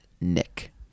Nick